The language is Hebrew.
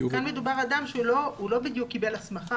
כאן מדובר על אדם שהוא לא בדיוק קיבל הסמכה,